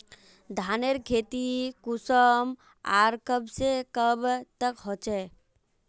धानेर खेती कुंसम आर कब से कब तक होचे?